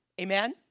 Amen